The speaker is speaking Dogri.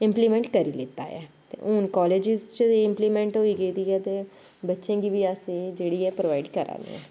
इम्पलीमेंट करी लैता ऐ ते हून कालेज च इम्पलीमेंट होई गेदी ऐ ते बच्चें गी बी असें जेह्ड़ी एह् प्रोवाईड करा ने आं